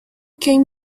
came